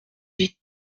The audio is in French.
huit